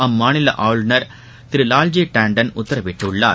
அம்மாநில ஆளுநர் திரு வால்ஜி டாண்டன் உத்தரவிட்டுள்ளார்